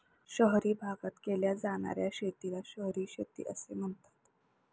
शहरी भागात केल्या जाणार्या शेतीला शहरी शेती असे म्हणतात